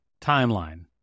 Timeline